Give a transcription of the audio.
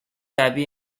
abbey